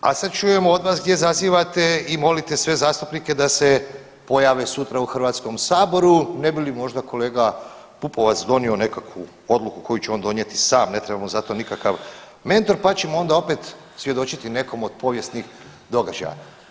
a sad čujemo od vas gdje zazivate i molite sve zastupnike da se pojave sutra u Hrvatskom saboru, ne bi li možda kolega Pupovac donio nekakvu odluku koju će on donijeti sam, ne treba mu za to nikakav mentor, pa ćemo onda opet svjedočiti nekom od povijesnih događaja.